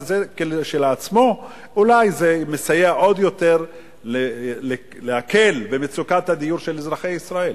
וזה כשלעצמו אולי מסייע עוד יותר להקלת מצוקת הדיור של אזרחי ישראל,